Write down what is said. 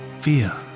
fear